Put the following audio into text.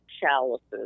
chalices